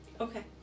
Okay